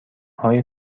های